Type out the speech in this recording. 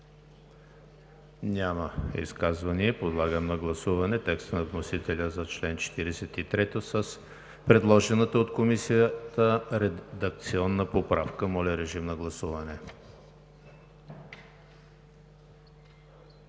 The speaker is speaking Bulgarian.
Няма изказвания. Подлагам на гласуване текста на вносителя за чл. 43 с предложената от Комисията редакционна поправка. Гласували